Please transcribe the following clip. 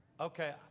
Okay